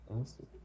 awesome